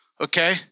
Okay